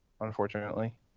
unfortunately